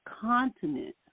continent